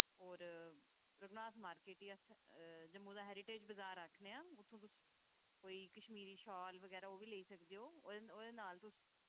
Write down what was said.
और रघुनाथ मार्किट गी अस जम्मू दा हैरीटेज बजार आखने आं उत्थूं तुस कोई चीज शाल बगैरा ओह् बी लेई सकदे हो ओह्दे नाल तुस